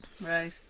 Right